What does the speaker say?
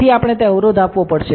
તેથી આપણે તે અવરોધ આપવો પડશે